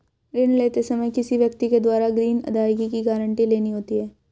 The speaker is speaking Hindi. ऋण लेते समय किसी व्यक्ति के द्वारा ग्रीन अदायगी की गारंटी लेनी होती है